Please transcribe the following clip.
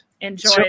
enjoy